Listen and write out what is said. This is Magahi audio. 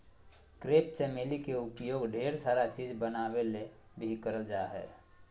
क्रेप चमेली के उपयोग ढेर सारा चीज़ बनावे ले भी करल जा हय